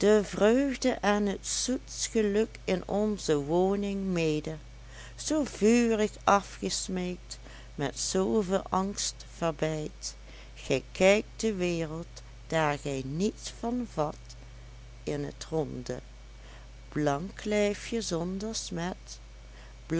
en t zoetst geluk in onze woning mede zoo vurig afgesmeekt met zooveel angst verbeid gij kijkt de wereld daar gij niets van vat in t ronde blank lijfje zonder smet